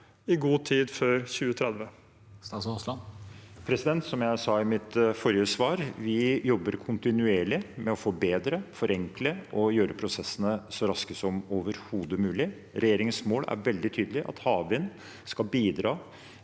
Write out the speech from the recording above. i god tid før 2030? Statsråd Terje Aasland Som jeg sa i mitt forrige svar: Vi jobber kontinuerlig med å forbedre, forenkle og gjøre prosessene så raske som overhodet mulig. Regjeringens mål er veldig tydelig: Havvind skal bidra